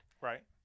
Right